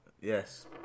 Yes